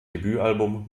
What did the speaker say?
debütalbum